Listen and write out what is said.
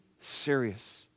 serious